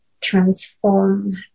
transform